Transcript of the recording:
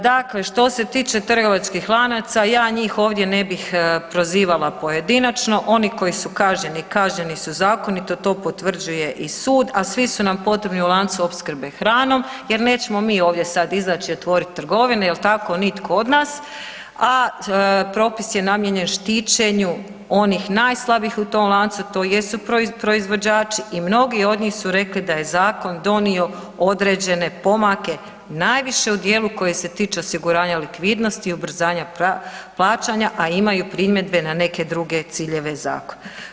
Dakle, što se tiče trgovačkih lanaca, ja njih ovdje ne bih prozivala pojedinačno, ono koji su kažnjeni, kažnjeni su zakonito, to potvrđuje i sud, a svi su nam potrebni u lancu opskrbe hranom jer nećemo mi ovdje sam izaći i otvorit trgovine i tako nitko od nas, a propis je namijenjen štićenju onih najslabijih u tom lancu, to jesu proizvođači i mnogi od njih su rekli da je zakon donio određene pomake najviše u djelu koji se tiče osiguranja likvidnosti i ubrzanja plaćanja a imaju primjedbe na neke druge ciljeve zakona.